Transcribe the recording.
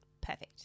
Perfect